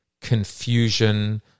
confusion